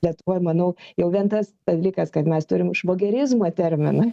lietuvoj manau jau vien tas dalykas kad mes turim švogerizmo terminą